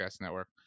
Network